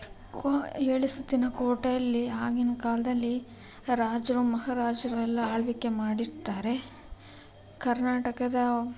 ಕೊ ಏಳು ಸುತ್ತಿನ ಕೋಟೆಯಲ್ಲಿ ಆಗಿನ ಕಾಲದಲ್ಲಿ ರಾಜರು ಮಹಾರಾಜರು ಎಲ್ಲ ಆಳ್ವಿಕೆ ಮಾಡಿರ್ತಾರೆ ಕರ್ನಾಟಕದ